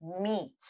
meet